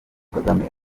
kagame